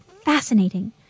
fascinating